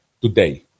today